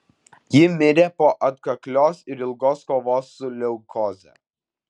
ji mirė po atkaklios ir ilgos kovos su leukoze